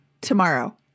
tomorrow